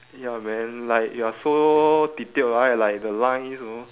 ya man like you are so detailed right like the lines you know